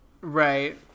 Right